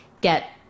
get